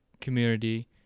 community